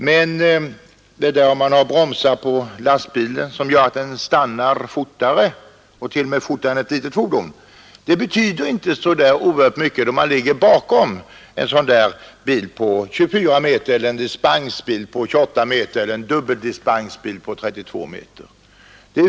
Men att man har bromsar på lastbilen som gör att den stannar fortare — t.o.m. fortare än ett litet fordon — betyder inte så oerhört mycket om man ligger bakom en bil på 24 meter eller en dispensbil på 28 meter eller kanske en dubbeldispensbil på 32 meter.